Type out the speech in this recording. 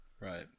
Right